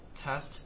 test